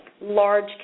large